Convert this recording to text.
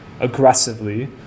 aggressively